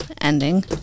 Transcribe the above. ending